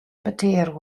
petear